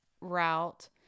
route